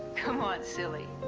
come on, silly.